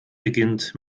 beginnt